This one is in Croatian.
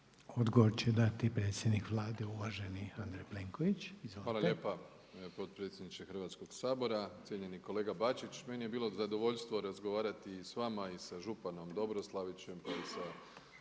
Odgovor će dati predsjednik Vlade uvaženi Andrej Plenković. Izvolite. **Plenković, Andrej (HDZ)** Hvala lijepa potpredsjedniče Hrvatskog sabora. Cijenjeni kolega Bačić. Meni je bilo zadovoljstvo razgovarati i s vama i sa županom Dobroslavićem